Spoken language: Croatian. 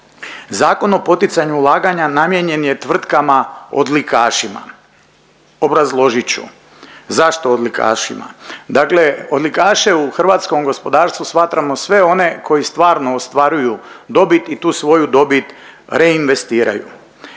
Zakon o poticanju ulaganja namijenjen je tvrtkama odlikašima. Obrazložit ću zašto odlikašima. Dakle, odlikaše u hrvatskom gospodarstvu smatramo sve one koji stvarno ostvaruju dobit i tu svoju dobit reinvestiraju.